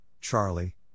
Charlie